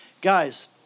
guys